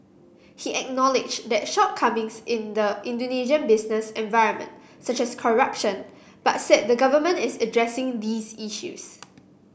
he acknowledged shortcomings in the Indonesian business environment such as corruption but said the government is addressing these issues